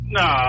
no